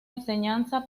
enseñanza